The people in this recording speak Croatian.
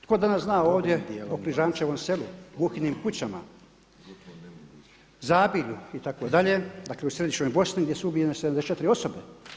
Tko zna danas ovdje o Križančevom selu, Buhinim kućama, Zabilju itd. dakle u središnjoj Bosni gdje su ubijene 74 osobe.